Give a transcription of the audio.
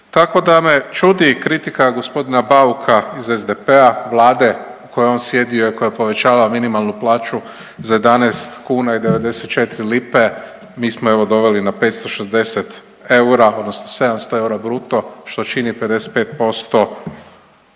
Tako da me čudi kritika gospodina Bauka iz SDP-a, Vlade u kojoj je on sjedio i koja je povećavala minimalnu plaću za 11 kuna i 94 lipe, mi smo evo doveli na 560 eura odnosno 700 eura bruto što čini 55%